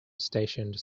stationed